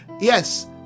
yes